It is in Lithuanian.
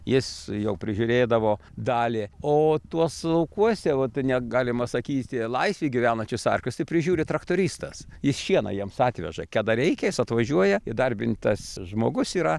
jis jau prižiūrėdavo dalį o tuos laukuose vat ne galima sakyti laisvėj gyvenančius arklius tai prižiūri traktoristas jis šieno jiems atveža keda reikia jis atvažiuoja įdarbintas žmogus yra